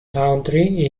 country